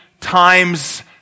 times